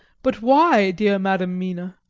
but why, dear madam mina?